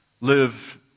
live